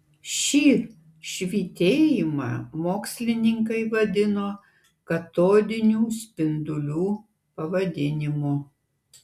šį švytėjimą mokslininkai vadino katodinių spindulių pavadinimu